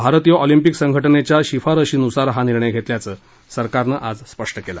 भारतीय ऑलिम्पिक संघटनेच्या शिफारशीनुसार हा निर्णय घेतल्याचं सरकारनं आज स्पष्ट केलं